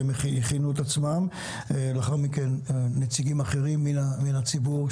שהכינו את עצמם; לאחר מכן נציגים אחרים מן הציבור,